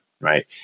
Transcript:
right